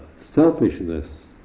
Selfishness